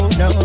no